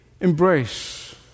embrace